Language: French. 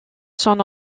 son